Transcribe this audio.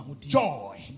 Joy